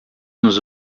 nos